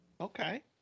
Okay